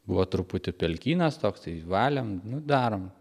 buvo truputį pelkynas toksai valėm nu darom